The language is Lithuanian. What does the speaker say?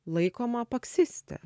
laikoma paksiste